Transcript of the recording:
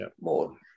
more